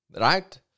right